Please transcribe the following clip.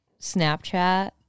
Snapchat